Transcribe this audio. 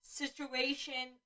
situation